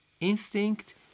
Instinct